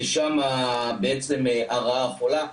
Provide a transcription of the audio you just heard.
שם הרעה החולה.